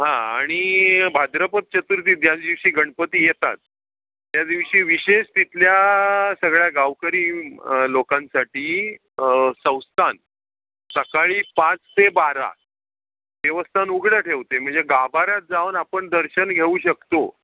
हां आणि भाद्रपद चतुर्थी ज्या दिवशी गणपती येतात त्या दिवशी विशेष तिथल्या सगळ्या गावकरी लोकांसाठी संस्थान सकाळी पाच ते बारा देवस्थान उघडं ठेवते म्हणजे गाभाऱ्यात जाऊन आपण दर्शन घेऊ शकतो